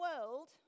world